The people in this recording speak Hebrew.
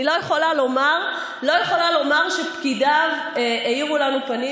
אני לא יכולה לומר שפקידיו האירו לנו פנים